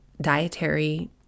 dietary